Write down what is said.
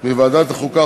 מוועדת החוקה,